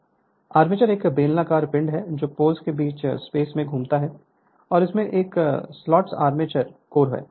Refer Slide Time 1456 armature एक बेलनाकार पिंड है जो पोल्स के बीच स्पेस में घूमता है और इसमें एक स्लॉटेड आर्मेचर कोर होता है